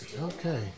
Okay